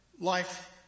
life